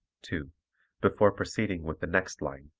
two before proceeding with the next line,